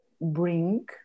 bring